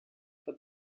but